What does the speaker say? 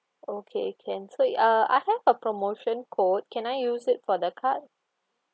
okay can so it uh I have a promotion code can I use it for the card